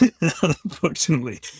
Unfortunately